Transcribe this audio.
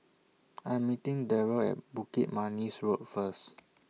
I Am meeting Daryl At Bukit Manis Road First